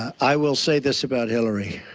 i will say this about hillary.